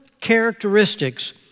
characteristics